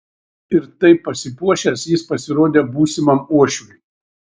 ir taip pasipuošęs jis pasirodė būsimam uošviui